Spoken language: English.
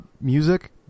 music